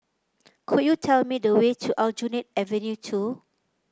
could you tell me the way to Aljunied Avenue Two